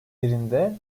birinde